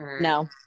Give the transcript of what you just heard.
No